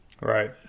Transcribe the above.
Right